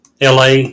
LA